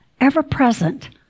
ever-present